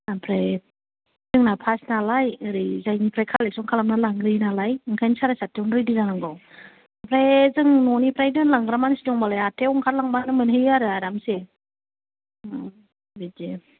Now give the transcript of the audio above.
आमफ्राय जोंना फार्स्ट नालाय ओरैजायनिफ्राय कालेकसन खालामनान लांग्रोयो नालाय ओंखायनो साराय साठथायावनो रेडि जानांगौ ओमफ्राय जों न'निफ्राय दोनलांग्रा मानसि दंबालाय आठथायाव ओंखारलांबानो मोनहैयो आरो आरामसे बिदि